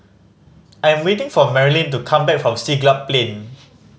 I' m waiting for Marilyn to come back from Siglap Plain